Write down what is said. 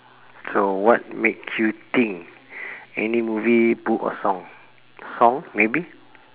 so what makes you think any movie book or song song maybe